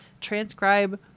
transcribe